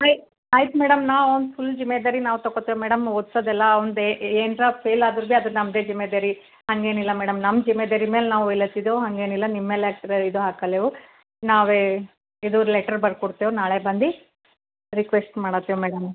ಆಯ್ತು ಮೇಡಮ್ ನಾವು ಅವ್ನ ಫುಲ್ ಜಿಮ್ಮೇದಾರಿ ನಾವು ತೊಗೊತೇವ್ ಮೇಡಮ್ ಓದ್ಸೋದೆಲ್ಲ ಅವ್ನ್ದು ಏನಾರ ಫೇಲ್ ಆದ್ರೂ ಅದು ನಮ್ದೇ ಜಿಮ್ಮೇದಾರಿ ಹಂಗೇನಿಲ್ಲ ಮೇಡಮ್ ನಮ್ಮ ಜಿಮ್ಮೇದಾರಿ ಮೇಲೆ ನಾವು ಒಯ್ಲಾತಿದ್ದೇವ್ ಹಾಗೇನಿಲ್ಲ ನಿಮ್ಮ ಮೇಲೆ ಇದು ಹಾಕಲ್ಲೆವು ನಾವೇ ಇದು ಲೆಟ್ರ್ ಬರ್ಕೊಡ್ತೇವೆ ನಾಳೆ ಬಂದು ರಿಕ್ವೆಸ್ಟ್ ಮಾಡುತ್ತೇವ್ ಮೇಡಮ್